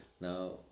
Now